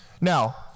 Now